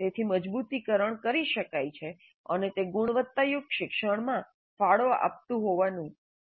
તેથી મજબૂતીકરણ કરી શકાય છે અને તે ગુણવત્તાયુક્ત શિક્ષણમાં ફાળો આપતું હોવાનું